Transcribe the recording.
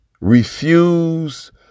Refuse